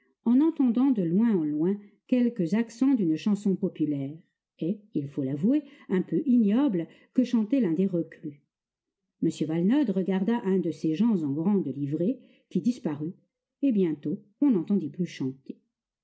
on entendant de loin en loin quelques accents d'une chanson populaire et il faut l'avouer un peu ignoble que chantait l'un des reclus m valenod regarda un de ses gens en grande livrée qui disparut et bientôt on n'entendit plus chanter